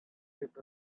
with